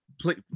please